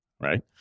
right